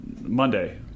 Monday